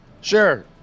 sure